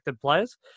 players